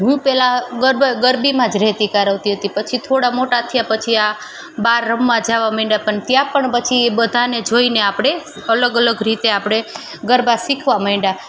હું પહેલાં ગરબા ગરબીમાં જ રહેતી કારવતી હતી પછી થોળા મોટા થયા પછી આ બાર રમવા જાવા મંડ્યા પણ ત્યાં પણ પછી બધાને જોઈને આપણે અલગ અલગ રીતે આપણે ગરબા શીખવા મંડ્યા